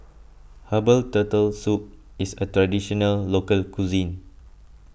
Herbal Turtle Soup is a Traditional Local Cuisine